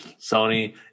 sony